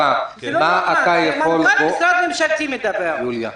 שמנכ"ל משרד ממשלתי מדבר כך.